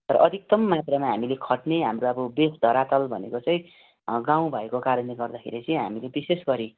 तर अधिकतम मात्रमा हामीले खट्ने हाम्रो अब बेस धरातल भनेको चाहिँ गाउँ भएको कारणले गर्दाखेरि चाहिँ हामीले विशेष गरी